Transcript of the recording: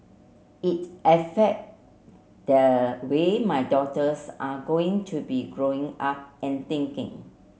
it affect the way my daughters are going to be Growing Up and thinking